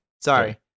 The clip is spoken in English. Sorry